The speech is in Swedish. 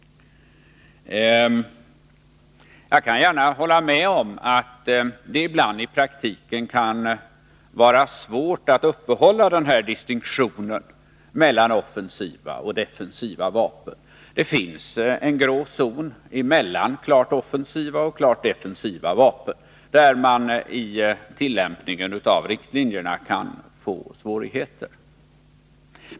Jag kan gärna hålla med om att det ibland i praktiken kan vara svårt att uppehålla den här distinktionen mellan offensiva och defensiva vapen. Det finns en grå zon emellan klart offensiva och klart defensiva vapen, där man i tillämpningen av riktlinjerna kan få svårigheter.